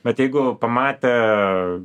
bet jeigu pamatė